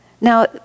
Now